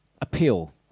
appeal